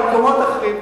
למקומות אחרים,